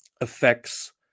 affects